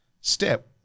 step